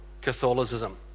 Catholicism